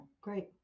great